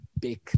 big